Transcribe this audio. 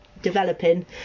developing